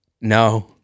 No